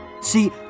See